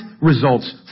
results